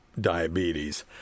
diabetes